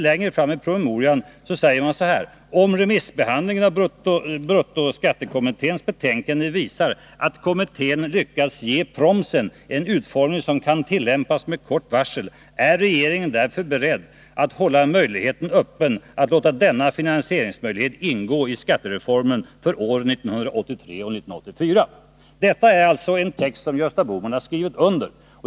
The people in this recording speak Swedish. Längre fram i promemorian står det så här: ”Om remissbehandlingen av bruttoskattekommitténs betänkande visar att kommittén lyckats ge promsen en utformning som kan tillämpas med kort varsel är regeringen därför beredd att hålla möjligheten öppen att låta denna finansieringsmöjlighet ingå i skattereformen för åren 1983 och 1984.” Det är alltså en text som Gösta Bohman har skrivit under.